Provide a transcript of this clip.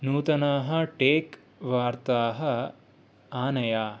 नूतनाः टेक् वार्ताः आनय